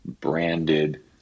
branded